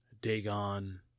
Dagon